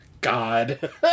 God